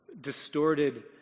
distorted